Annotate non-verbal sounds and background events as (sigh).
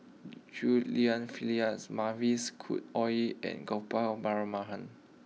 Chew Lian Phyllis Mavis Khoo Oei and Gopal (unintelligible)